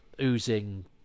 oozing